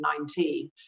2019